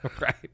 Right